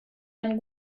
einen